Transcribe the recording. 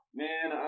man